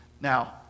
Now